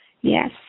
Yes